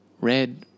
red